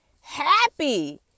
Happy